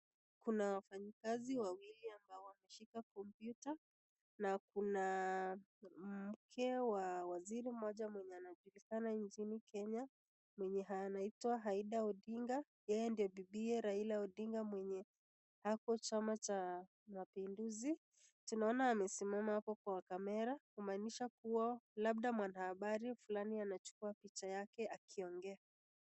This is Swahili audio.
Kuna wafanyi kazi wawili ambao wamewashika komputa na Kuna make moja wa wasiri mwenye anajulikana nchi Kenya anaitwa Aida odinga yenye ni bidiye raila mwenye ako chama cha mapinduzi tunaona amesimama hapokwa kamera kumanisha Kwa labda mwanahabari Fulani anachokua picha yake akiongea.